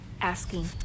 asking